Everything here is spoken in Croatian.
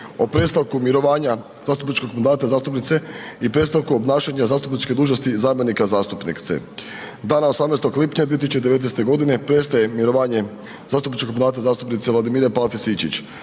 o prestanku mirovanja zastupničkog mandata zastupnice i prestanku obnašanja zastupničke dužnosti zamjenika zastupnice. Dana 18. lipnja 2019. prestaje mirovanje zastupničkog mandata zastupnice Vladimire Palfi Sinčić.